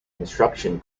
construction